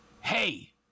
Hey